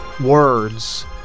words